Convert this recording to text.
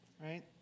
Right